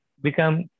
become